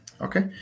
Okay